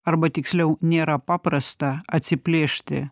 arba tiksliau nėra paprasta atsiplėšti